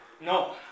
No